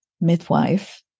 midwife